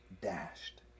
dashed